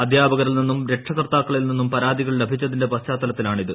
അധ്യാപകരിൽ നിന്നും രക്ഷാകർത്താക്കളിൽ നിന്നും പരാതികൾ ലഭിച്ചതിന്റെ പശ്ചാത്തലത്തിലാണിത്